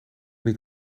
niet